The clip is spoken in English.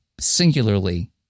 singularly